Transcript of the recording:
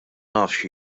nafx